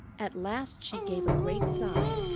at last she gave a great sigh,